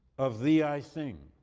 of thee i sing